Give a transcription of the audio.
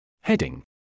Heading